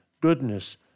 goodness